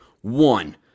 one